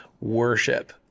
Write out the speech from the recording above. worship